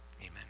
amen